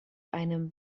einem